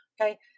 Okay